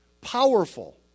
powerful